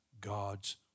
God's